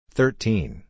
Thirteen